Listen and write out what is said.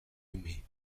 aimé